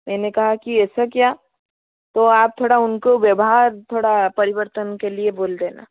मैंने कहा कि ऐसा क्या तो आप थोड़ा उन को व्यवहार थोड़ा परिवर्तन के लिए बोल देना